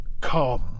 come